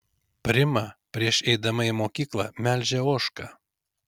prima prieš eidama į mokyklą melžia ožką